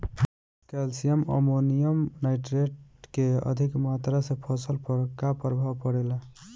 Calcium ammonium nitrate के अधिक मात्रा से फसल पर का प्रभाव परेला?